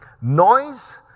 Noise